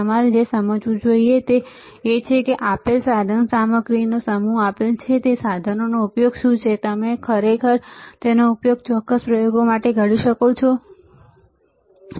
તમારે જે સમજવું જોઈએ તે એ છે કે આપેલ સાધનસામગ્રીનો સમૂહ આપેલ છે કે તે સાધનોનો ઉપયોગ શું છે અને શું તમે તેનો ઉપયોગ ચોક્કસ પ્રયોગો માટે કરી શકો છો ખરું